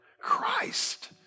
Christ